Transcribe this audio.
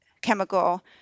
chemical